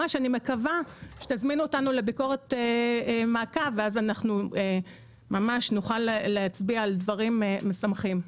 אני מקווה שתזמין אותנו לביקורת מעקב ונוכל להצביע על דברים משמחים.